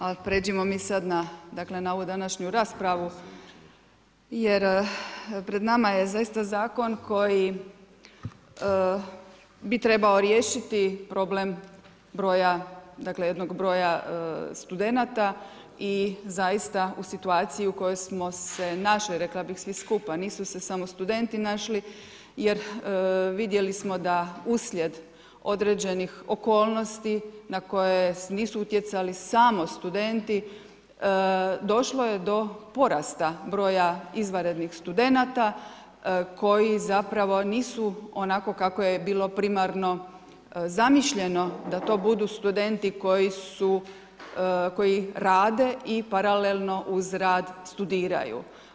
Ali pređimo mi sad na, dakle na ovu današnju raspravu jer pred nama je zaista zakon koji bi trebao riješiti problem broja, dakle jednog broja studenata i zaista u situaciji u kojoj smo se našli rekla bih svi skupa, nisu se samo studenti našli jer vidjeli smo da uslijed određenih okolnosti na koje nisu utjecali samo studenti došlo je do porasta broja izvanrednih studenata koji zapravo nisu onako kako je bilo primarno zamišljeno da to budu studenti koji su, koji rade i paralelno uz rad studiraju.